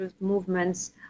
movements